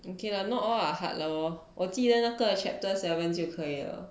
okay lah not all are hard loh 我记得那个 chapter seven 就可以了